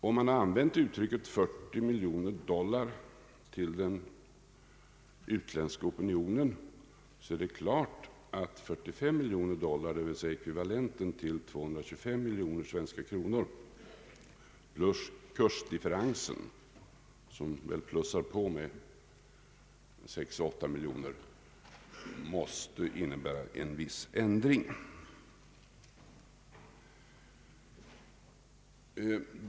Om man har nämnt siffran 40 miljoner dollar för den utländska opinionen så är det klart att 45 miljoner dollar, d. v. s. ekvivalenten till 225 miljoner svenska kronor plus kursdifferensen som väl ökar på med 6 å 8 miljoner, måste innebära en viss ändring.